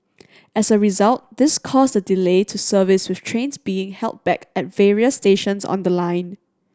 as a result this caused a delay to service with trains being held back at various stations on the line